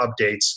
updates